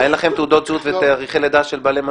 אין לכם תעודות זהות ותאריכי לידה של בעלי מניות?